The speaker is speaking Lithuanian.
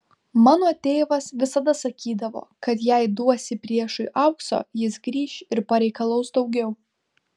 mano tėvas visada sakydavo kad jei duosi priešui aukso jis grįš ir pareikalaus daugiau